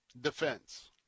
defense